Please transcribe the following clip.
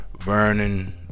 Vernon